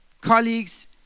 colleagues